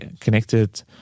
connected